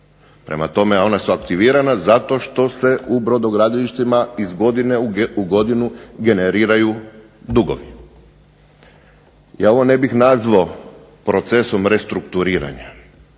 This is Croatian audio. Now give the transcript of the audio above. Prema tome, ona su aktivirana zato što se u brodogradilištima iz godine u godinu generiraju dugovi. Ja ovo ne bih nazvao procesom restrukturiranja,